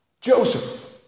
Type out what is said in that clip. Joseph